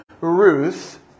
Ruth